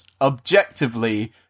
objectively